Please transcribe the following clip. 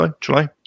July